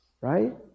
right